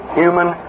human